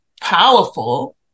powerful